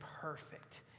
perfect